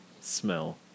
smell